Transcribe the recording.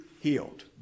healed